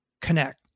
Connect